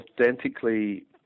authentically